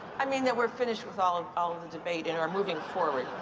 i mean that we're finished with all of um the debate and are moving forward.